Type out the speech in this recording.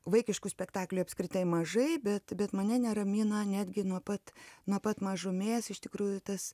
vaikiškų spektaklių apskritai mažai bet bet mane neramina netgi nuo pat nuo pat mažumės iš tikrųjų tas